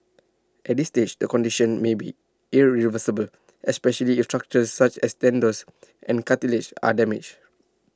at this stage the condition may be irreversible especially if structures such as tendons and cartilage are damaged